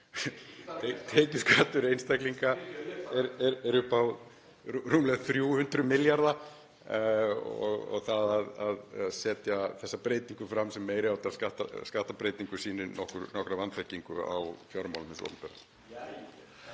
Tekjuskattur einstaklinga er upp á rúmlega 300 milljarða og það að setja þessa breytingu fram sem meiri háttar skattbreytingu sýnir nokkra vanþekkingu á fjármálum hins